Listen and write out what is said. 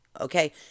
okay